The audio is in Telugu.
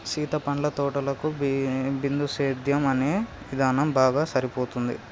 సీత పండ్ల తోటలకు బిందుసేద్యం అనే ఇధానం బాగా సరిపోతుంది